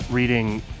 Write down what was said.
Reading